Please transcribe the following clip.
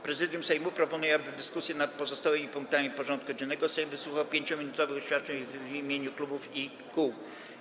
Prezydium Sejmu proponuje, aby w dyskusji nad pozostałymi punktami porządku dziennego Sejm wysłuchał 5-minutowych oświadczeń w imieniu klubów i kół.